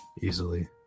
Easily